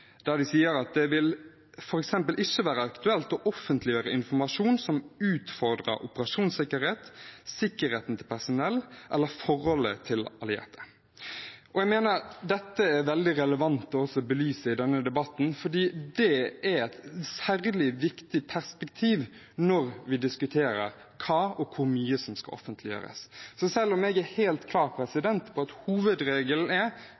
der de sier at det f.eks. ikke vil være aktuelt å offentliggjøre informasjon som utfordrer operasjonssikkerhet, sikkerheten til personell eller forholdet til allierte. Jeg mener dette er veldig relevant å belyse i denne debatten, for det er et særlig viktig perspektiv når vi diskuterer hva og hvor mye som skal offentliggjøres. Selv om jeg er helt klar på at hovedregelen er